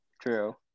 true